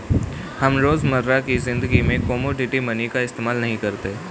हम रोजमर्रा की ज़िंदगी में कोमोडिटी मनी का इस्तेमाल नहीं करते